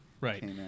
right